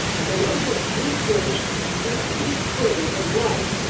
and the latest research seems to be proving him right